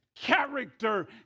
character